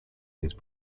these